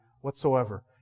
whatsoever